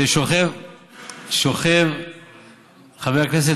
שוכב חבר הכנסת,